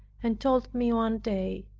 and told me one day,